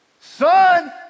son